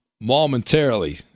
momentarily